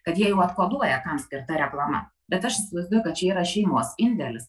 kad jie jau atkoduoja kam skirta reklama bet aš įsivaizduoju kad čia yra šeimos indėlis